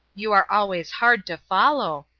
you are always hard to follow,